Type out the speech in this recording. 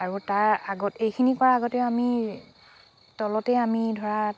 আৰু তাৰ আগত এইখিনি কৰাৰ আগতেও আমি তলতেই আমি ধৰা